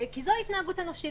כי זו התנהגות אנושית.